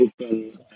open